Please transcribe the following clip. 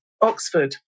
Oxford